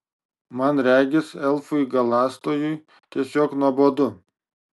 man regis elfui galąstojui tiesiog nuobodu